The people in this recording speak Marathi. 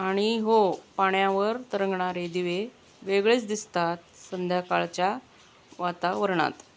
आणि हो पाण्यावर तरंगणारे दिवे वेगळेच दिसतात संध्याकाळच्या वातावरणात